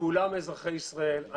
כולם אזרחי ישראל.